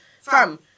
fam